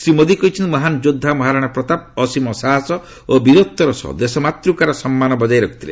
ଶ୍ରୀ ମୋଦୀ କହିଛନ୍ତି ମହାନ ଯୋଦ୍ଧା ମହାରାଣା ପ୍ରତାପ ଅସୀମ ସାହସ ଓ ବୀରତ୍ୱର ସହ ଦେଶମାତୃକାର ସମ୍ମାନ ବଜାୟ ରଖିଥିଲେ